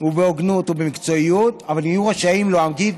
ובהוגנות ובמקצועיות אבל יהיו רשאים להגיד